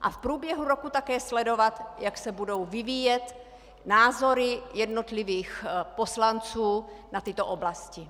a v průběhu roku také sledovat, jak se budou vyvíjet názory jednotlivých poslanců na tyto oblasti.